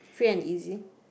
free and easy